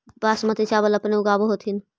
बासमती चाबल अपने ऊगाब होथिं?